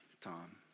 Tom